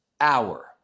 hour